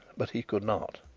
but he could not.